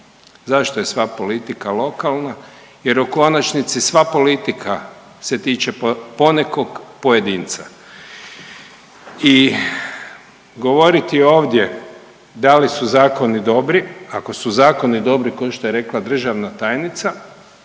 Zašto je sva politika lokalna? Jer u konačnici sva politika se tiče ponekog pojedinca. I govoriti ovdje da li su zakoni dobri, ako su zakoni dobri ko što je rekla državna tajnica,